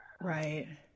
Right